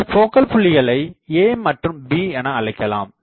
இந்த போக்கல் புள்ளிகளை A மற்றும் B என அழைக்கலாம்